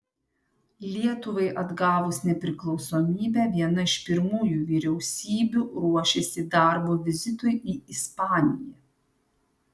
lietuvai atgavus nepriklausomybę viena iš pirmųjų vyriausybių ruošėsi darbo vizitui į ispaniją